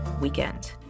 weekend